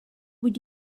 would